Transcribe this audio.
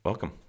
Welcome